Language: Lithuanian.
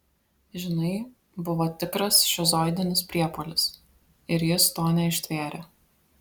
žinai buvo tikras šizoidinis priepuolis ir jis to neištvėrė